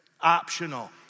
optional